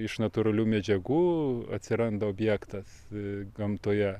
iš natūralių medžiagų atsiranda objektas gamtoje